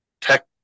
Tech